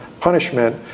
punishment